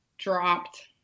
Dropped